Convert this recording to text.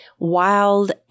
wild